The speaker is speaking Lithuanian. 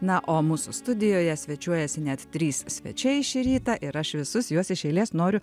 na o mūsų studijoje svečiuojasi net trys svečiai šį rytą ir aš visus juos iš eilės noriu